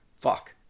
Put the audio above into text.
Fuck